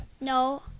No